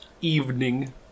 Evening